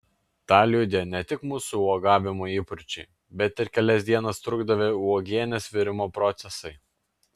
tą liudija ne tik mūsų uogavimo įpročiai bet ir kelias dienas trukdavę uogienės virimo procesai